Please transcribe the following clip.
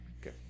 Okay